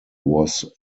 was